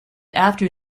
after